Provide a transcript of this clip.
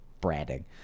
branding